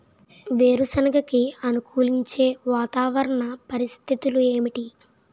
వేరుసెనగ కి అనుకూలించే వాతావరణ పరిస్థితులు ఏమిటి?